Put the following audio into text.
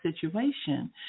situation